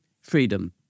freedom